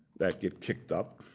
that get kicked up.